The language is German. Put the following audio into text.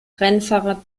rennfahrer